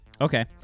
Okay